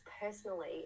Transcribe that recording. personally